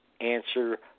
answer